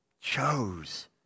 chose